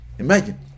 Imagine